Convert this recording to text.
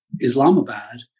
Islamabad